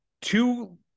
two